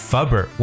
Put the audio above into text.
Fubber